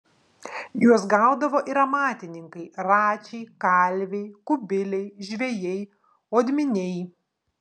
juos gaudavo ir amatininkai račiai kalviai kubiliai žvejai odminiai